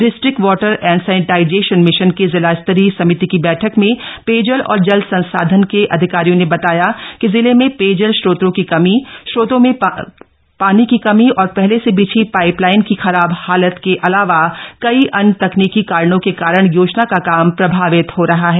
district water and sanitization mission की जिला स्तरीय समिति की बैठक में पेयजल और जल संस्थान के अधिकारियों ने बताया कि जिले में पेयजल स्रोतों की कमी स्रोतों में पानी की कमी और पहले से बिछी पाइपलाइन की खराब हालत के अलावा कई अन्य तकनीकी कारणों के कारण योजना का काम प्रभावित हो रहा है